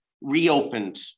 reopened